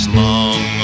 long